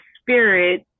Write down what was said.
spirit